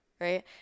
right